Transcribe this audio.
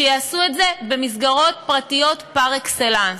שיעשו את זה במסגרות פרטיות פר-אקסלנס.